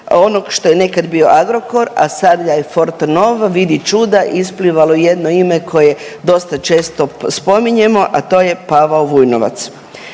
onog što je nekad bio Agrokor, a sada je Fortenova vidi čuda isplivalo jedno ime koje dosta često spominjemo, a to je Pavao Vujnovac.